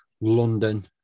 London